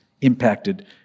impacted